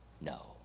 No